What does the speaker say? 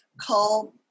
call